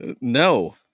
No